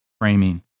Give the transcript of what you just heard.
framing